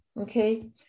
Okay